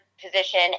position